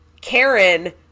Karen